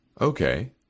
Okay